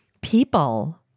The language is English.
People